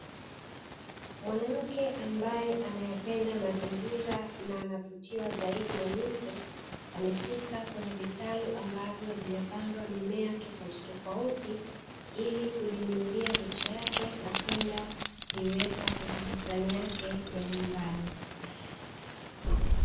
Mwanamke ambaye anayapenda mazingira na anavutiwa zaidi na miti, amefika kwenye vitaru ambavyo vimepandwa mimea tofauti tofauti ili kujinunulia miche yake na kwenyw kuiweka kwenye bustani yake nyumbani.